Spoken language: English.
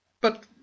But